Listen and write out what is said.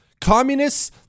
Communists